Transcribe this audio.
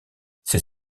ces